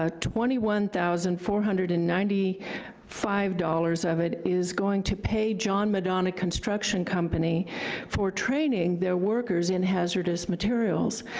ah twenty one thousand four hundred and ninety five dollars of it is going to pay john madonna construction company for training their workers in hazardous materials.